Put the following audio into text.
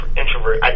introvert